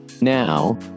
Now